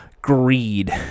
Greed